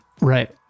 Right